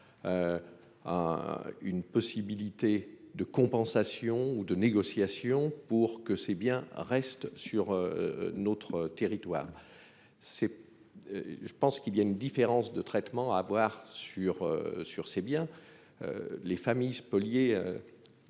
Une possibilité de compensations ou de négociations pour que ces biens reste sur. Notre territoire. C'est. Je pense qu'il y a une différence de traitement à avoir sur sur. C'est bien. Les familles spoliées.